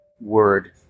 word